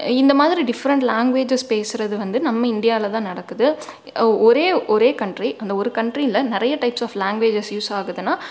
இந்த மாதிரி different languages பேசுறது வந்து நம்ம இந்தியால தான் நடக்குது ஒரே ஒரே கன்ட்ரி அந்த ஒரு கன்ட்ரியில நிறைய டைப்ஸ் ஆஃப் லேங்குவேஜஸ் யூஸ் ஆகுதுன்னா